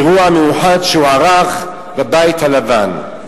באירוע מיוחד שהוא ערך בבית הלבן.